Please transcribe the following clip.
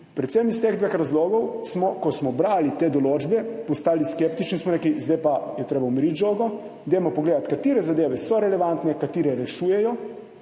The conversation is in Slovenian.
Predvsem iz teh dveh razlogov smo, ko smo brali te določbe, postali skeptični in smo rekli, zdaj pa je treba umiriti žogo. Dajmo pogledati, katere zadeve so relevantne, katere rešujejo